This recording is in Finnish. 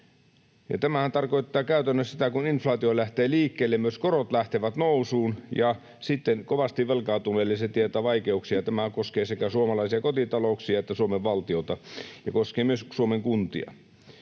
tämähän tarkoittaa käytännössä sitä, että kun inflaatio lähtee liikkeelle, myös korot lähtevät nousuun, ja sitten kovasti velkaantuneille se tietää vaikeuksia. Tämä koskee sekä suomalaisia kotitalouksia että Suomen valtiota ja myös Suomen kuntia.